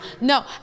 no